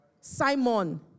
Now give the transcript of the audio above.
Simon